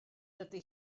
dydy